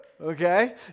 okay